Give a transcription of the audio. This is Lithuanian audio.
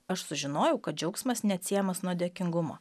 aš sužinojau kad džiaugsmas neatsiejamas nuo dėkingumo